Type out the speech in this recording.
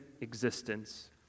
existence